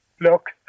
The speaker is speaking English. Look